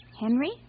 Henry